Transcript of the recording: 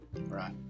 Right